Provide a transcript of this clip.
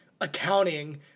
accounting